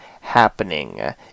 happening